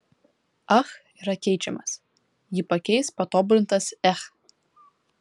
ach yra keičiamas jį pakeis patobulintas ech